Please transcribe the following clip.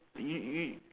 y~ y~